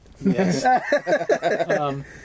Yes